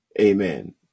Amen